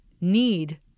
need